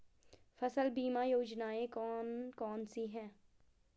फसल बीमा योजनाएँ कौन कौनसी हैं?